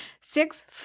six